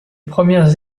premières